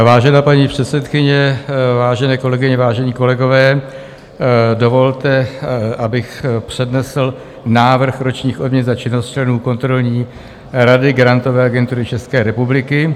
Vážená paní předsedkyně, vážené kolegyně, vážení kolegové, dovolte, abych přednesl návrh ročních odměn za činnost členů kontrolní rady Grantové agentury České republiky.